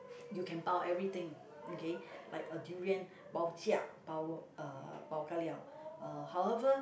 you can pau everything okay like a durian pau-jiak power uh pau-ka-liao however